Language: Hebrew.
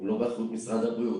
הם לא באחריות משרד הבריאות.